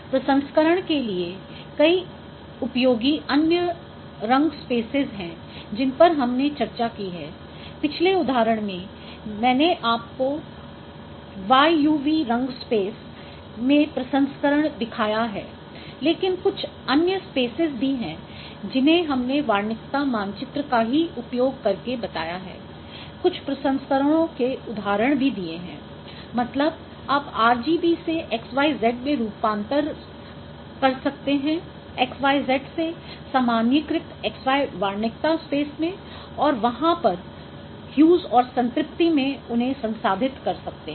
प्रसंस्करण के लिए उपयोगी कई अन्य रंग स्पेसेस हैं जिन पर हमने चर्चा की है पिछले उदाहरण में मैंने आपको YUV रंग स्पेस में प्रसंस्करण दिखाया है लेकिन कुछ अन्य स्पेसेस भी हैं जिन्हें हमने वार्णिकता मानचित्र का ही उपयोग करके बताया है कुछ प्रसंस्करणों के उदाहरण भी दिए हैं मतलब आप RGB से xyz में रूपान्तर कर सकते हैंxyz से सामान्यीकृत xy वार्णिकता स्पेस में और वहाँ पर ह्यूस और संतृप्ति में उन्हें संसाधित कर सकते हैं